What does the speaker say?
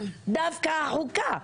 דווקא החוקה?